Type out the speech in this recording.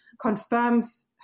confirms